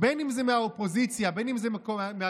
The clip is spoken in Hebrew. אם זה מהאופוזיציה, אם זה מהקואליציה.